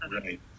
Right